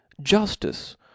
justice